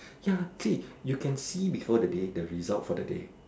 ya see you can see before the day the result for the day